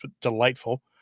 delightful